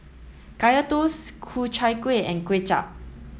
Kaya Toast Ku Chai Kueh and Kway Chap